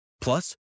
Plus